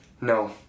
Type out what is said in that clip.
No